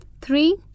Three